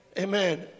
Amen